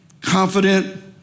confident